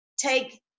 take